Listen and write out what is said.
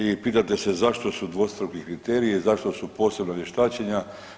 I pitate se zašto su dvostruki kriteriji, zašto su posebna vještačenja?